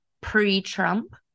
pre-Trump